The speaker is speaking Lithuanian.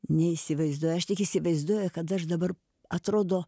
neįsivaizduoju aš tik įsivaizduoju kad aš dabar atrodo